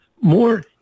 more